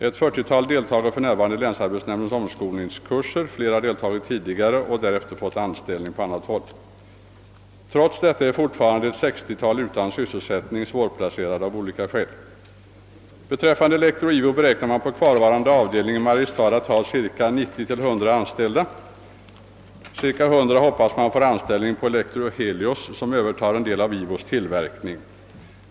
Ett 40-tal deltar för närvarande i länsarbetsnämndens omskolningskurser. Flera har deltagit tidigare och därefter erhållit anställning på annat håll. Trots detta är ett 60-tal alltjämt utan sysselsättning och svårplacerade av olika skäl. Beträffande Elektro IWO beräknar man på en kvarvarande avdelning i Mariestad att ha kvar 90 å 100 anställda. Man hoppas att cirka 100 man får anställning vid Elektrohelios, som övertar en del av IWO:s tillverkning.